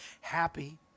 happy